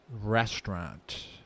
restaurant